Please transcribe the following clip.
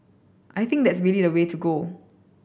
I think that's really the way to go